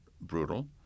brutal